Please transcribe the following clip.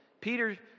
Peter